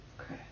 Okay